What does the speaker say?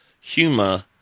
humor